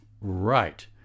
Right